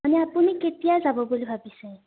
মানে আপুনি কেতিয়া যাব বুলি ভাবিছে